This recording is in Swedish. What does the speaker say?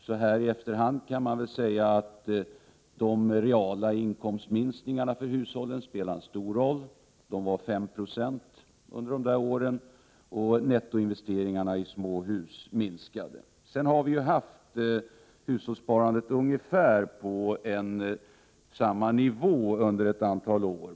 Så här i efterhand kan man väl säga att de reala inkomstminskningarna för hushållen spelade en stor roll — de uppgick till 5 96 under dessa år. Även nettoinvesteringarna i småhus minskade. Hushållssparandet har sedan legat på ungefär samma nivå under ett antal år.